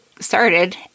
started